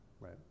right